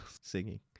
singing